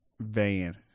van